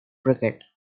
cricket